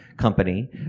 company